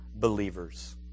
believers